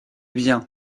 bien